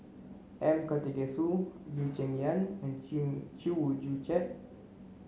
M Karthigesu Lee Cheng Yan and Chew Chew Joo Chiat